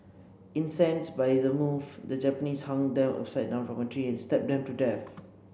incensed by is move the Japanese hung them upside down from a tree and stabbed them to death